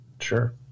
Sure